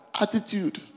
attitude